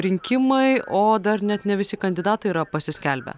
rinkimai o dar net ne visi kandidatai yra pasiskelbę